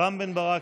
רם בן ברק,